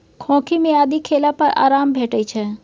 खोंखी मे आदि खेला पर आराम भेटै छै